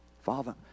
Father